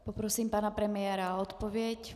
Poprosím pana premiéra o odpověď.